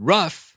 Rough